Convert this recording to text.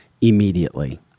immediately